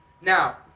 Now